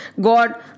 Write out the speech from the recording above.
God